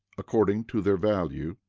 according to their value.